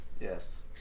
Yes